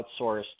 outsourced